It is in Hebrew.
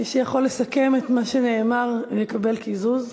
מי שיכול לסכם את מה שנאמר יקבל קיזוז,